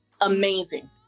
amazing